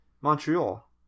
Montreal